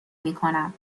میکنم